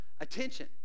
attention